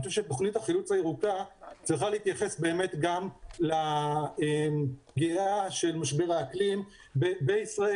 תוכנית החילוץ הירוקה צריכה להתייחס גם לפגיעה של משבר האקלים בישראל.